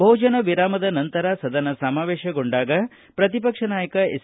ಭೋಜನ ವಿರಾಮದ ನಂತರ ಸದನ ಸಮಾವೇಶಗೊಂಡಾಗ ಪ್ರತಿಪಕ್ಷದ ನಾಯಕ ಎಸ್